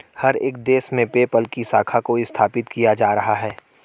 हर एक देश में पेपल की शाखा को स्थापित किया जा रहा है